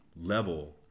level